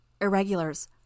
Irregulars